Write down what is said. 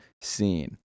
scene